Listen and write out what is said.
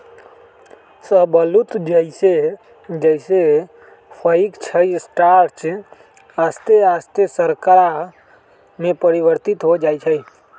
शाहबलूत जइसे जइसे पकइ छइ स्टार्च आश्ते आस्ते शर्करा में परिवर्तित हो जाइ छइ